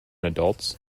adults